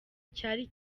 cyari